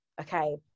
okay